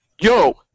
yo